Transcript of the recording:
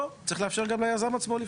לא, צריך לתת ליזם עצמו.